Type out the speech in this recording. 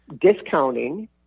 discounting